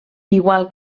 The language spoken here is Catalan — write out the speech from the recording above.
igual